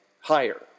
higher